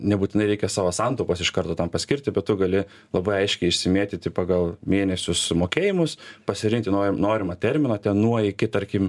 nebūtinai reikia savo santaupas iš karto tam paskirti bet tu gali labai aiškiai išsimėtyti pagal mėnesius mokėjimus pasirinkti norimą terminą ten nuo iki tarkim